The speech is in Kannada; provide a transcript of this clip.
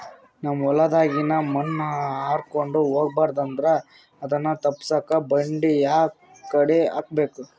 ನಮ್ ಹೊಲದಾಗಿನ ಮಣ್ ಹಾರ್ಕೊಂಡು ಹೋಗಬಾರದು ಅಂದ್ರ ಅದನ್ನ ತಪ್ಪುಸಕ್ಕ ಬಂಡಿ ಯಾಕಡಿ ಹಾಕಬೇಕು?